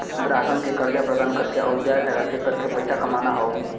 ग्राहकन के कर्जा प्रदान कइके आउर ब्याज लगाके करके पइसा कमाना हौ